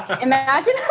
imagine